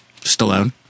Stallone